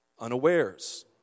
unawares